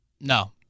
No